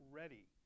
ready